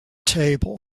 table